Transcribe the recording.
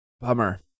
Bummer